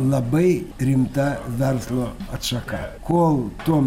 labai rimta verslo atšaka kol tu